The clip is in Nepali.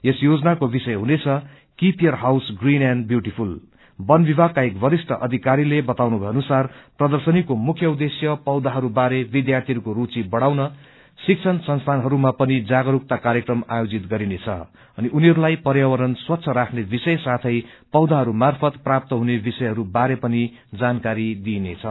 यस योजनाको विषय हुनेछ keep your house green and beautiful वन विभागका एक वरिष्ठ अधिकारीले बताउनु भए अनुसार प्रर्दशनीको मुख्य उद्देश्य पौधाहरू बारे विध्यार्थीहरूको रूचि बढत्राउन शिक्षण संस्थानहरूमा पनि ाजागरूकता कार्यक्रम आयोजित गरिनेछ अनि उनीहरूलाई पर्यावरण स्वच्छ राख्ने विषय साथे पोधहरू मार्फत प्राप्त हुने विषयहरू बारे पनि जानकारी दिइनेछ